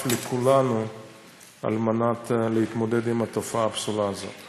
לכולנו כדי להתמודד עם התופעה הפסולה הזאת.